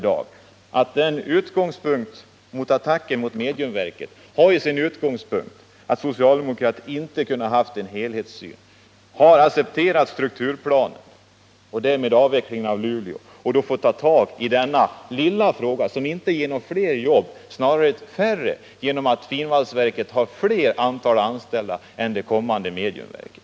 Det är på det sättet i dag, att attacken mot mediumverket har sin utgångspunkt i att socialdemokratin inte har haft en helhetssyn, har accepterat strukturplanen och därmed avvecklingen av Luleå och har fått ta tag i denna lilla fråga, som inte ger fler jobb utan snarare färre. Finvalsverket har ett större antal anställda än det kommande mediumverket.